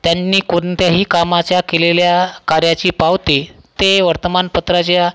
त्यांनी कोणत्याही कामाच्या केलेल्या कार्याची पावती ते वर्तमानपत्राच्या